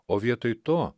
o vietoj to